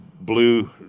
blue